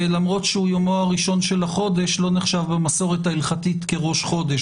למרות שהוא יומו הראשון של החודש לא נחשב במסורת ההלכתית כראש חודש.